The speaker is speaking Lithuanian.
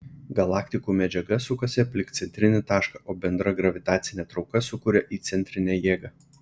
galaktikų medžiaga sukasi aplink centrinį tašką o bendra gravitacinė trauka sukuria įcentrinę jėgą